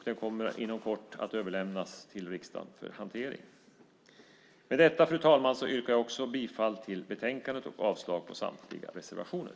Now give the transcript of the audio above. Den kommer inom kort att överlämnas till riksdagen för hantering. Med detta yrkar jag bifall till förslaget i betänkandet och avslag på samtliga reservationer.